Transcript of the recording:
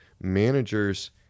Managers